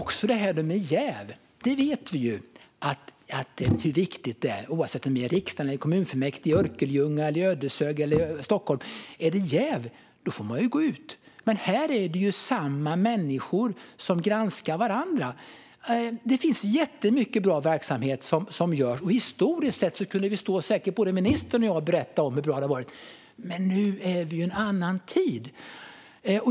När det gäller jäv vet vi hur viktigt det är oavsett om vi är i riksdagen eller i kommunfullmäktige i Örkelljunga, Ödeshög eller Stockholm. Är det jäv får man gå ut. Men här är det samma människor som granskar varandra. Det bedrivs jättemycket bra verksamhet, och både ministern och jag kan berätta om hur bra det har varit historiskt sett. Men nu är det en annan tid.